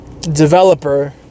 developer